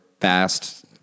fast